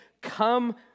come